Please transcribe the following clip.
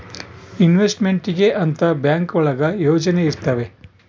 investment ಗೆ ಅಂತ bank ಒಳಗ ಯೋಜನೆ ಇರ್ತವೆ